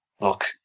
Look